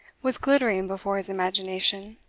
was glittering before his imagination.